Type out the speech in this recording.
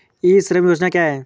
ई श्रम योजना क्या है?